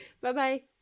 Bye-bye